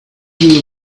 you